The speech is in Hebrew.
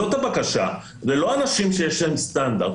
זאת הבקשה, זה לא אנשים שיש להם סטנדרט.